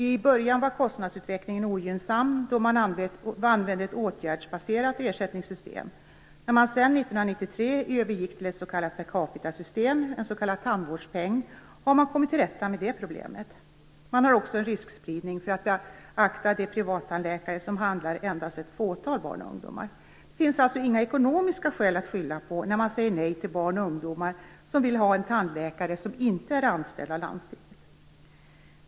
I början var kostnadsutvecklingen ogynnsam, då man använde ett åtgärdsbaserat ersättningssystem. När man sedan 1993 övergick till ett s.k. per capita-system, en s.k. tandvårdspeng, har man kommit till rätta det problemet. Man har också en riskspridning för att beakta de privattandläkare som behandlar endast ett fåtal barn och ungdomar. Det finns alltså inga ekonomiska skäl att skylla på när man säger nej till barn och ungdomar som vill ha en tandläkare som inte är anställd av landstinget.